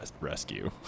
rescue